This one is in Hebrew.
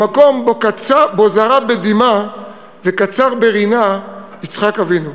במקום שבו זרע בדמעה וקצר ברינה יצחק אבינו.